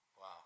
Wow